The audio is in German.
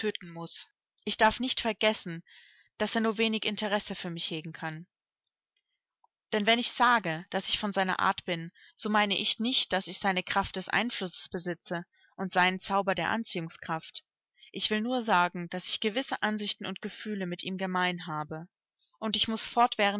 ich darf nicht vergessen daß er nur wenig intresse für mich hegen kann denn wenn ich sage daß ich von seiner art bin so meine ich nicht daß ich seine kraft des einflusses besitze und seinen zauber der anziehungskraft ich will nur sagen daß ich gewisse ansichten und gefühle mit ihm gemein habe und ich muß